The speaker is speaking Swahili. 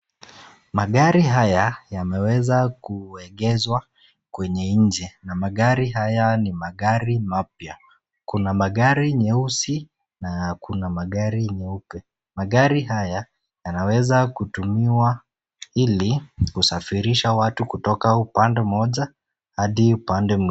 Magari haya yameweza kuegezwa kwenye nje. Na magari haya ni magari mapya. Kuna magari nyeusi na kuna magari nyeupe. Magari haya yanaweza kutumiwa ili kusafirisha watu kutoka upande mmoja hadi upande mwingine.